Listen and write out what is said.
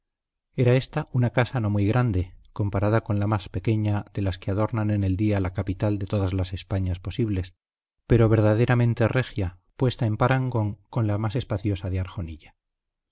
era ésta una casa no muy grande comparada con la más pequeña de las que adornan en el día la capital de todas las españas posibles pero verdaderamente regia puesta en parangón con la más espaciosa de arjonilla